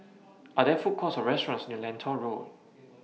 Are There Food Courts Or restaurants near Lentor Road